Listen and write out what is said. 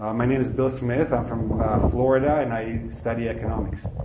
um my name is bill smith, i'm from florida, and i study economics.